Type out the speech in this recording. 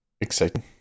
Exciting